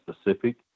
specific